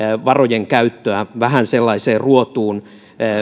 varojen käyttöä vähän sellaiseen ruotuun